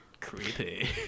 creepy